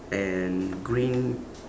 and green